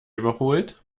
überholt